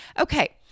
Okay